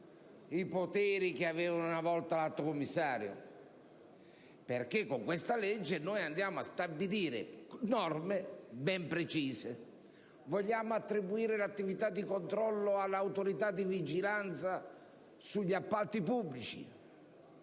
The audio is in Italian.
i poteri che aveva una volta l'Alto commissario, perché con essa andiamo a stabilire norme ben precise. Vogliamo attribuire l'attività di controllo all'Autorità di vigilanza sugli appalti pubblici?